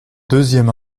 deuxième